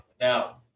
Now